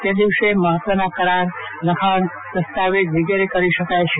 તે દિવસે મહત્વના કરાર લખાણ દસ્તાવેજ વગેરે કરી શકાય છે